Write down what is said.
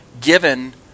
given